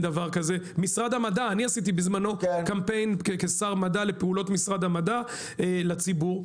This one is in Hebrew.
אני עשיתי בזמנו קמפיין כשר מדע לפעולות משרד המדע לציבור.